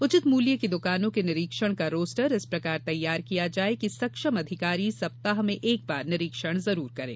उचित मूल्य की दुकानों के निरीक्षण का रोस्टर इस प्रकार तैयार किया जाये कि सक्षम अधिकारी सप्ताह में एक बार निरीक्षण अवस्य करे